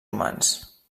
humans